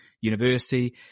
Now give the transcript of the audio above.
university